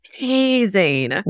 amazing